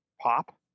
pop